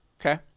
Okay